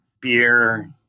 beer